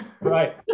right